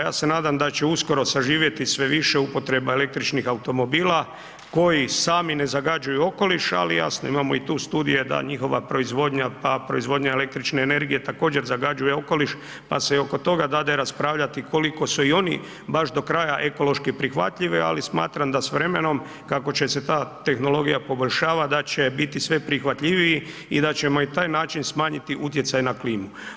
Ja se nadam da će uskoro zaživjeti sve više upotreba električnih automobila koji sami ne zagađuju okoliš, ali jasno, imamo i tu studije da njihova proizvodnja, pa proizvodnja električne energije također, zagađuje okoliš pa se i oko toga dade raspravljati koliko su i oni baš do kraja ekološki prihvatljive, ali smatram da s vremenom kako će se ta tehnologija poboljšavati, da će biti sve prihvatljiviji i da ćemo i na taj način smanjiti utjecaj na klimu.